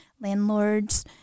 landlords